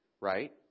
right